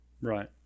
Right